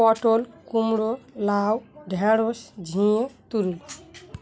পটল কুমড়ো লাউ ঢ্যাঁড়শ ঝিঙে তুরুই